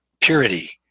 purity